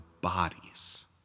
bodies